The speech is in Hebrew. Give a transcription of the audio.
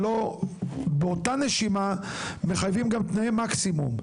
ובאותה נשימה מחייבים גם תנאי מקסימום.